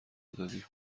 دادیم